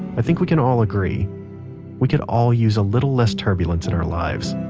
i think we can all agree we could all use a little less turbulence in our lives